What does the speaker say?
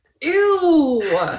Ew